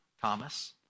Thomas